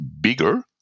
bigger